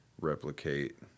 replicate